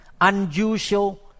Unusual